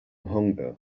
hunger